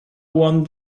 one